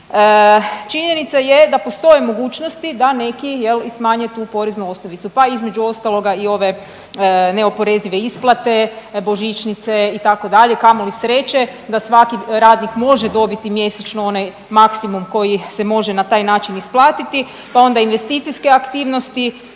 Činjenica je da postoje mogućnosti da neki i smanje tu poreznu osnovicu, pa između ostaloga i ove neoporezive isplate, božićnice itd. Kamoli sreće da svaki radnik može dobiti mjesečno onaj maksimum koji se može na taj način isplatiti, pa onda investicijske aktivnosti,